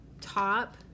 top